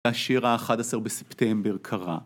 השיר ה-11 בספטמבר קרה